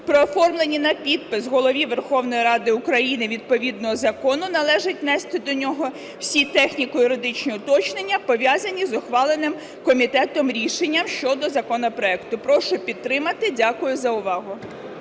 при оформленні на підпис Голові Верховної Ради України відповідного закону належить внести до нього всі техніко-юридичні уточнення, пов'язані з ухваленим комітетом рішенням щодо законопроекту. Прошу підтримати. Дякую за увагу.